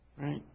right